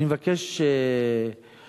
אני מבקש להטיל